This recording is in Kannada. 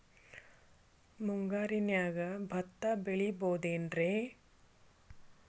ಮುಂಗಾರಿನ್ಯಾಗ ಭತ್ತ ಬೆಳಿಬೊದೇನ್ರೇ?